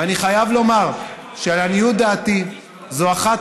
ואני חייב לומר שלעניות דעתי זו אחת